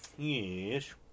Yes